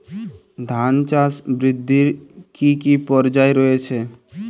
ধান চাষ বৃদ্ধির কী কী পর্যায় রয়েছে?